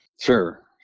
Sure